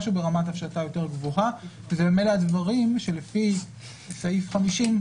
משהו ברמת הפשטה יותר גבוהה וזה ממילא הדברים שלפי סעיף 50,